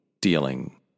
dealing